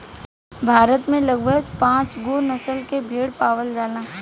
भारत में लगभग पाँचगो नसल के भेड़ पावल जाला